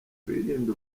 twirinde